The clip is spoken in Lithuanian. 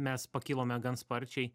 mes pakilome gan sparčiai